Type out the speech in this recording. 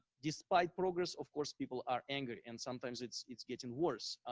despite progress, of course, people are angry and sometimes it's it's getting worse.